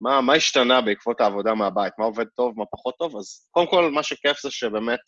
מה מה השתנה בעקבות העבודה מהבית, מה עובד טוב, מה פחות טוב, אז... קודם כול, מה שכיף זה שבאמת...